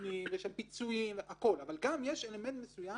סיכונים ושל פיצויים, אבל גם יש אלמנט מסוים